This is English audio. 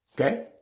Okay